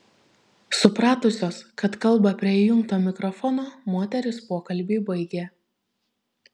supratusios kad kalba prie įjungto mikrofono moterys pokalbį baigė